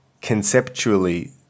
conceptually